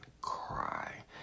cry